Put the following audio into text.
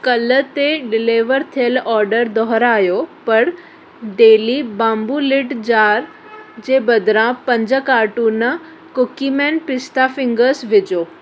कल ते डिलीवर थियल ऑडर दुहिरायो पर डेली बाम्बू लिड जार जे बदिरां पंज कार्टुन कुकीमेन पिस्ता फिंगर्स विझो